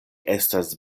estas